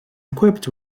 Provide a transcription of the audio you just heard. equipped